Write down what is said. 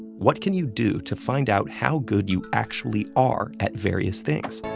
what can you do to find out how good you actually are at various things?